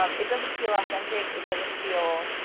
um it doesn't feel authentic. it doesn't feel,